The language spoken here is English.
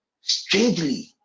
strangely